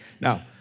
Now